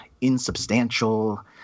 insubstantial